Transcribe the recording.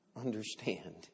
Understand